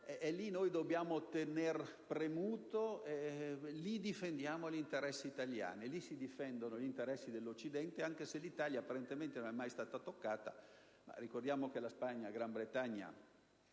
e i campi di addestramento. Lì difendiamo gli interessi italiani e lì si difendono gli interessi dell'Occidente. Anche se l'Italia apparentemente non è mai stata toccata, ricordiamo che la Spagna e la Gran Bretagna,